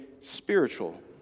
spiritual